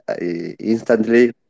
instantly